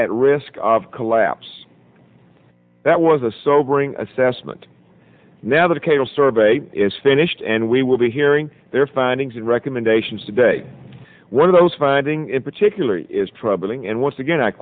at risk of collapse that was a sobering assessment now that a cable survey is finished and we will be hearing their findings and recommendations to day one of those finding in particular is troubling and once again i